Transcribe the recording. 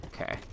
Okay